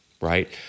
right